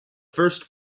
first